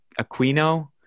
Aquino